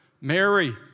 Mary